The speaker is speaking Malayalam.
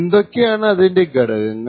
എന്തൊക്കെ ആണ് അതിന്റെ ഘടകങ്ങൾ